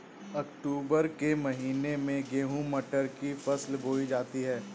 अक्टूबर के महीना में गेहूँ मटर की फसल बोई जाती है